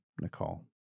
nicole